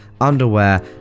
underwear